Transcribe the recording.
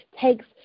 takes